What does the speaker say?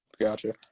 Gotcha